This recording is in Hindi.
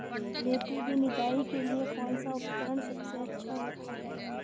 मेथी की निदाई के लिए कौन सा उपकरण सबसे अच्छा होता है?